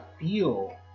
feel